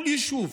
כל יישוב